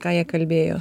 ką jie kalbėjo